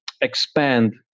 expand